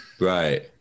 right